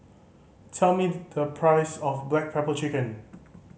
tell me the price of black pepper chicken